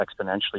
exponentially